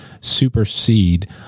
supersede